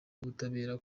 y’ubutabera